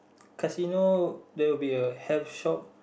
casino there will be a hair shop